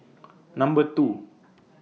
Number two